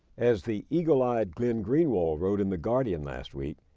as the eagle-eyed glenn greenwald, wrote in the guardian last week,